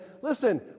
listen